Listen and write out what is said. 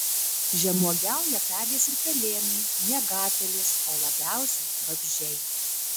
žemuogiauja pelės ir pelėnai miegapelės o labiausiai vabzdžiai